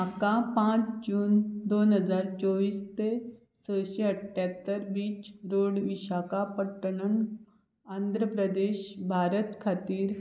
म्हाका पांच जून दोन हजार चोवीस ते सयशे अठ्ठ्यात्तर बीच रोड विशाखापट्टण आंध्र प्रदेश भारत खातीर